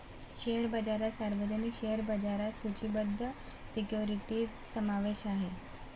share बाजारात सार्वजनिक share बाजारात सूचीबद्ध सिक्युरिटीजचा समावेश आहे